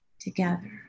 together